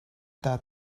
that